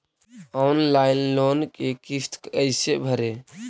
Online loan के किस्त कैसे भरे?